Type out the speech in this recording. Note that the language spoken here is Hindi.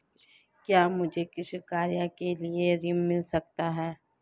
क्या मुझे कृषि कार्य के लिए ऋण मिल सकता है?